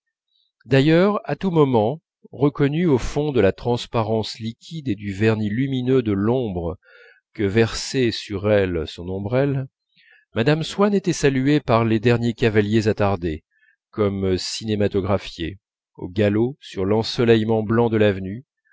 d'ailleurs à tout moment reconnue au fond de la transparence liquide et du vernis lumineux de l'ombre que versait sur elle son ombrelle mme swann était saluée par les derniers cavaliers attardés comme cinématographiés au galop sur l'ensoleillement blanc de l'avenue